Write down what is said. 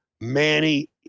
Manny